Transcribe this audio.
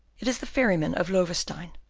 it is the ferryman of loewestein,